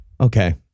Okay